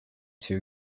two